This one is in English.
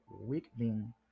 weakening